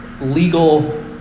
legal